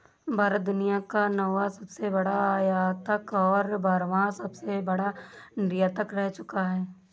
भारत दुनिया का नौवां सबसे बड़ा आयातक और बारहवां सबसे बड़ा निर्यातक रह चूका है